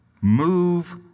Move